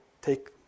take